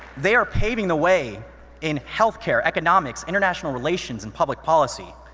they are paving the way in health care, economics, international relations, and public policy.